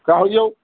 कहलियै